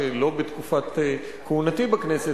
לא בתקופת כהונתי בכנסת,